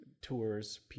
tours